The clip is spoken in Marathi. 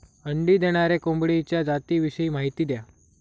अंडी देणाऱ्या कोंबडीच्या जातिविषयी माहिती द्या